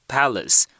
Palace